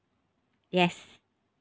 yes